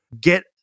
Get